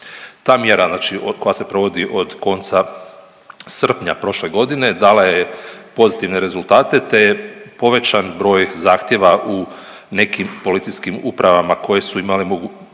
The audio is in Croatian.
Ta mjera koja se provodi od konca srpnja prošle godine dala je pozitivne rezultate te je povećan broj zahtjeva u nekim policijskim upravama koje su imale prije